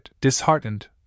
disheartened